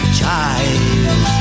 child